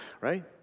right